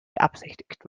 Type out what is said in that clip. beabsichtigt